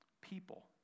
People